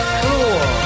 cool